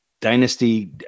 dynasty